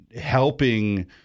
helping